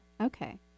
Okay